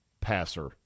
passer